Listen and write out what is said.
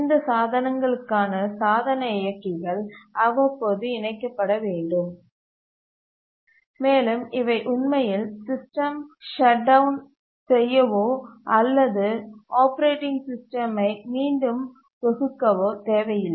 இந்த சாதனங்களுக்கான சாதன இயக்கிகள் அவ்வப்போது இணைக்கப்பட வேண்டும் மேலும் இவை உண்மையில் சிஸ்டமை ஷட் டவுன் செய்யவோ அல்லது ஆப்பரேட்டிங் சிஸ்டமை மீண்டும் தொகுக்கவோ தேவையில்லை